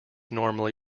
normally